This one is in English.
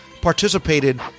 participated